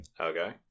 Okay